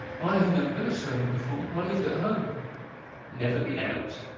i have never been a servant before. i lived at home never been out?